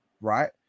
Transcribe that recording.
right